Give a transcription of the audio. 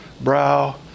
brow